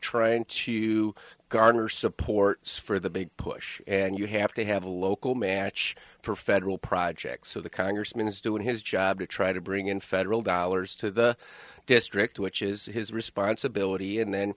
trying to garner support for the big push and you have to have a local match for federal projects so the congressman is doing his job to try to bring in federal dollars to the district which is his responsibility and then